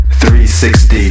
360